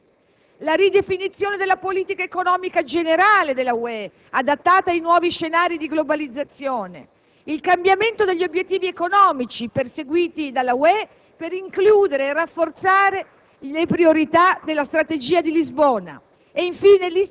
prevedendo una ratifica dei quattro quinti degli Stati membri; la ridefinizione della politica economica generale della UE adattata ai nuovi scenari della globalizzazione; il cambiamento degli obiettivi economici perseguiti dalla UE per includere e rafforzare